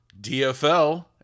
DFL